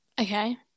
Okay